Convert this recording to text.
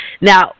Now